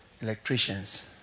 electricians